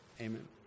amen